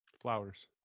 Flowers